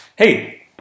Hey